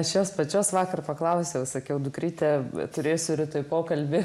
aš jos pačios vakar paklausiau sakiau dukryte turėsiu rytoj pokalbis